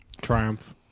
Triumph